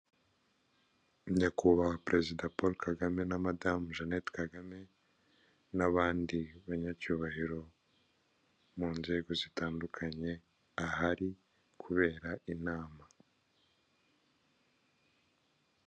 Nyakubahwa Perezida Paul Kagame na madamu Jeannette Kagame, n'abandi banyacyubahiro mu nzego zitandukanye, ahari kubera inama.